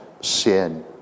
sin